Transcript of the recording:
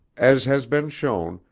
as has been shown,